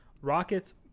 Rockets